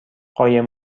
قایم